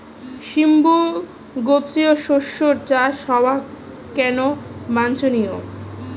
সিম্বু গোত্রীয় শস্যের চাষ হওয়া কেন বাঞ্ছনীয়?